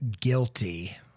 guilty